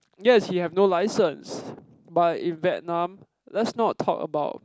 yes he have no license but in Vietnam let's not talk about